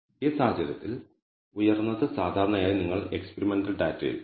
ഈ സാഹചര്യത്തിൽ ഉയർന്നത് സാധാരണയായി നിങ്ങൾ എക്സ്പെരിമെന്റൽ ഡാറ്റയിൽ 6